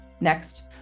Next